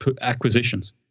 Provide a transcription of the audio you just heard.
acquisitions